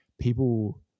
people